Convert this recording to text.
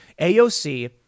AOC